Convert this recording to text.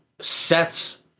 sets